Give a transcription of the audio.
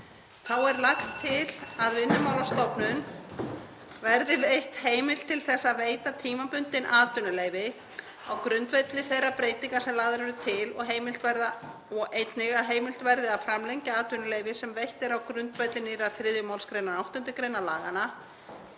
Þá er lagt til að Vinnumálastofnun verði veitt heimild til þess að veita tímabundin atvinnuleyfi á grundvelli þeirra breytinga sem lagðar eru til og að heimilt verði að framlengja atvinnuleyfi sem veitt eru á grundvelli nýrrar 3. mgr. 8. gr. laganna